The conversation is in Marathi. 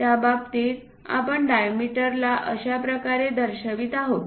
त्या बाबतीत आपण डायमीटर ला अशा प्रकारे दर्शवित आहोत